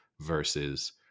versus